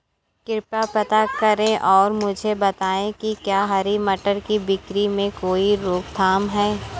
कृपया पता करें और मुझे बताएं कि क्या हरी मटर की बिक्री में कोई रोकथाम है?